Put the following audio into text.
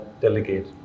delegate